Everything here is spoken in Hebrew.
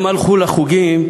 הם הלכו לחוגים,